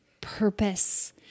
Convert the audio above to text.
purpose